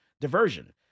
diversion